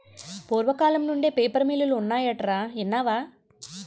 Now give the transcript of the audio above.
పూర్వకాలం నుండే పేపర్ మిల్లులు ఉన్నాయటరా ఇన్నావా